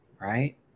right